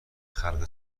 خلق